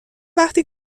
وقتی